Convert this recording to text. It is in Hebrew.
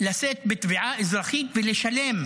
לשאת בתביעה אזרחית ולשלם.